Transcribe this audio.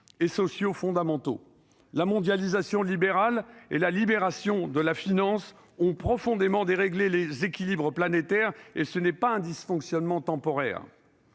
et sociaux fondamentaux. La mondialisation libérale et la libération de la finance ont profondément déréglé les équilibres planétaires. Il ne s'agit pas d'un dysfonctionnement temporaire.